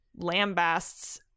lambasts